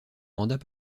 mandat